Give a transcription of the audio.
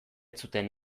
zuten